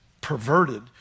perverted